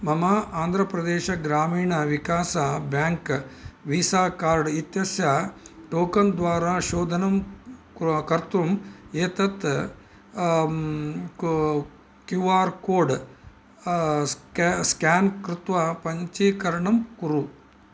मम Andhra Pradesh Grameen Vikas bank visa card इत्यस्य token द्वारा शोधनं कर्तुम् एतत् क्यू आर् कोड् स्का स्केन् कृत्वा पञ्जीकरणं कुरु